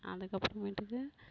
அதுக்கப்புறமேட்டுக்கு